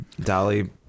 Dolly